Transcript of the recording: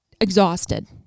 exhausted